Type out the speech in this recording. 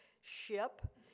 ship